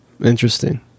Interesting